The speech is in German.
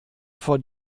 vor